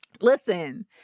Listen